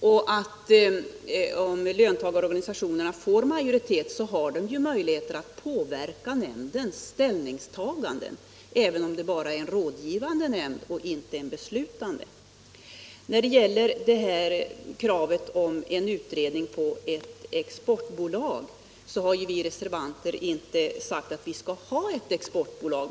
Om löntagarorganisationerna får majoritet, har de ju möjlighet att påverka nämndens ställningstaganden, även om nämnden bara är rådgivande och inte beslutande. När det gäller kravet på en utredning om ett exportbolag vill jag understryka att vi reservanter inte har sagt att vi skall ha ett exportbolag.